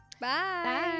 Bye